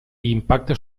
impacte